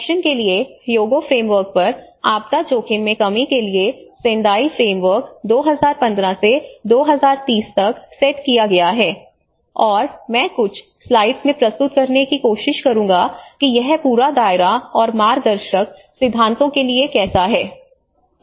action के लिए Hyogo framework पर आपदा जोखिम में कमी के लिए सेंदाई फ्रेमवर्क 2015 से 2030 तक सेट किया गया है और मैं कुछ स्लाइड्स में प्रस्तुत करने की कोशिश करूंगा कि यह पूरा दायरा और मार्गदर्शक सिद्धांतों के लिए कैसा है